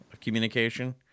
communication